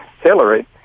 Hillary